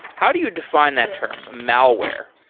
how do you define that term, malware?